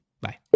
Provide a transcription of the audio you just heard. Bye